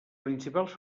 principals